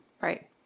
Right